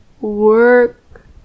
work